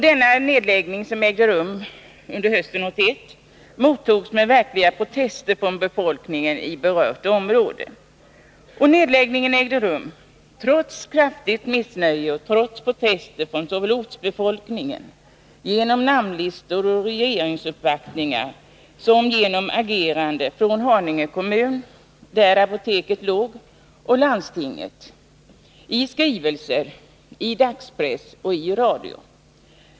Denna nedläggning, som ägde rum hösten 1981, mottogs med verkliga protester från befolkningen i berört område. Nedläggningen genomfördes trots kraftigt missnöje och trots protester såväl från ortsbefolkningen, genom namnlistor och regeringsuppvaktningar, som från Haninge kommun, där apoteket låg, och landstinget. Kommunen och landstinget skrev skrivelser och agerade i dagspress och radio.